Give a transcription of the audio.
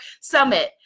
Summit